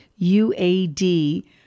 UAD